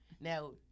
Now